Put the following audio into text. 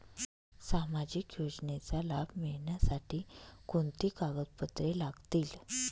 सामाजिक योजनेचा लाभ मिळण्यासाठी कोणती कागदपत्रे लागतील?